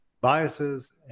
biases